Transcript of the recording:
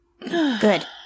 Good